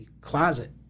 closet